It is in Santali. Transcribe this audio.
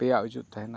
ᱯᱮᱭᱟ ᱩᱪᱩᱫ ᱛᱟᱦᱮᱱᱟ